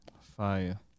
Fire